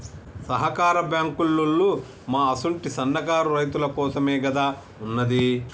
సహకార బాంకులోల్లు మా అసుంటి సన్నకారు రైతులకోసమేగదా ఉన్నది